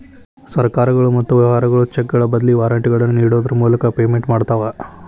ಸರ್ಕಾರಗಳು ಮತ್ತ ವ್ಯವಹಾರಗಳು ಚೆಕ್ಗಳ ಬದ್ಲಿ ವಾರೆಂಟ್ಗಳನ್ನ ನೇಡೋದ್ರ ಮೂಲಕ ಪೇಮೆಂಟ್ ಮಾಡ್ತವಾ